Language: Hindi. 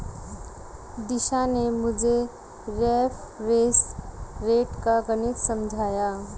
दीक्षा ने मुझे रेफरेंस रेट का गणित समझाया